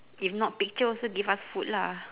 if not picture also give us food lah